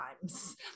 times